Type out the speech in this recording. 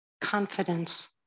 confidence